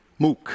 MOOC